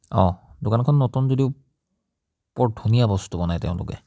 দোকানখন নতুন যদিও বৰ ধুনীয়া বস্তু বনায় তেওঁলোকে